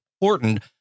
important